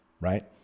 right